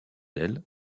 elle